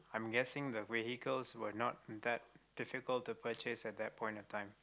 I'm guessing the vehicles were not that difficult to purchase at that point of time